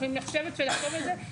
יכולים לשבת ולחשוב על זה,